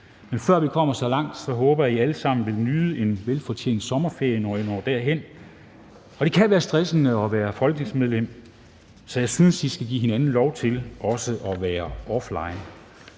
Men før vi kommer så langt, håber jeg, at I alle sammen vil nyde en velfortjent sommerferie, når I når dertil. Det kan være stressende at være folketingsmedlem, så jeg synes, at I skal give hinanden lov til også at være offline.